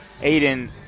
Aiden